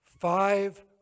five